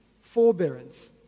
forbearance